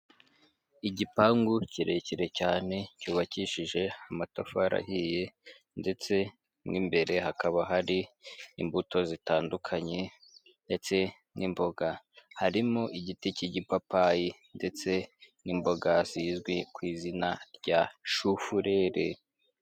iigipangu kirekire cyane cyubakishije amatafari ahiye, ndetse mo imbere hakaba hari imbuto zitandukanye ndetse n'imboga, harimo igiti cy'igipapayi ndetse n'imboga zizwi kui izina rya shufurere.